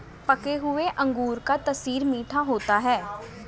पके हुए अंगूर का तासीर मीठा होता है